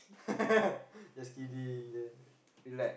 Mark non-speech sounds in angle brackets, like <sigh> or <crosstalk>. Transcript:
<laughs> just kidding je relax